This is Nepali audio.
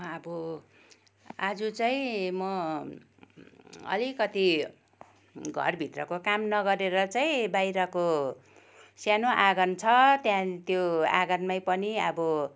अब आज चाहिँ म अलिकति घरभित्रको काम नगरेर चाहिँ बाहिरको सानो आँगन छ त्यहाँदेखि त्यो आँगनमै पनि अब